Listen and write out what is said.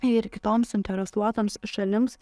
ir kitoms suinteresuotoms šalims